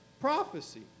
prophecy